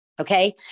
Okay